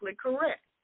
correct